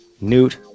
Newt